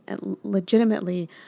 legitimately